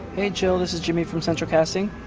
hey jill, this is jimmy from central casting.